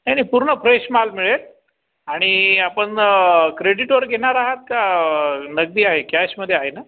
नाही नाही पूर्ण फ्रेश माल मिळेल आणि आपण क्रेडिटवर घेणार आहात का नगदी आहे कॅशमध्ये आहे ना